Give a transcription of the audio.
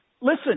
Listen